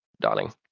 darling